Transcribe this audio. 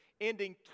ending